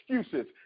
excuses